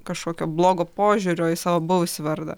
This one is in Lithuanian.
kažkokio blogo požiūrio į savo buvusį vardą